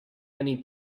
many